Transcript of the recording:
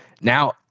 Now